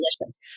delicious